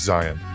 Zion